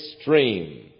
stream